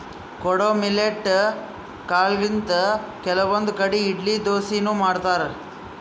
ಕೊಡೊ ಮಿಲ್ಲೆಟ್ ಕಾಲ್ಗೊಳಿಂತ್ ಕೆಲವಂದ್ ಕಡಿ ಇಡ್ಲಿ ದೋಸಾನು ಮಾಡ್ತಾರ್